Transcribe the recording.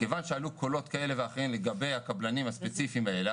כיוון שעלו קולות כאלה ואחרים לגבי הקבלנים הספציפיים האלה,